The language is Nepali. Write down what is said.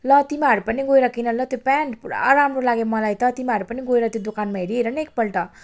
ल तिमीहरू पनि गएर किन ल त्यो पेन्ट पुरा राम्रो लाग्यो मलाई त तिमीहरू पनि गएर त्यो दोकानमा हेरिहेर न एकपल्ट